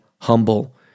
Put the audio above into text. Humble